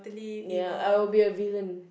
ya I will be a villain